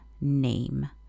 name